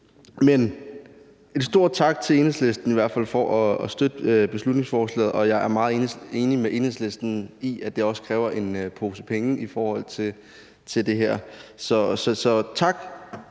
En stor tak til Enhedslisten i hvert fald for at støtte beslutningsforslaget. Jeg er meget enig med Enhedslisten i, at det også kræver en pose penge, det her. Så tak